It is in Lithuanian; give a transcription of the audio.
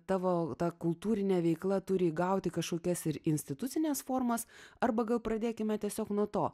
tavo kultūrinė veikla turi įgauti kažkokias ir institucines formas arba gal pradėkime tiesiog nuo to